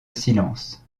silence